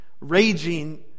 Raging